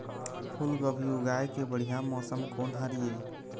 फूलगोभी उगाए के बढ़िया मौसम कोन हर ये?